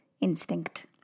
instinct